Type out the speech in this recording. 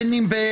בין אם במליאה,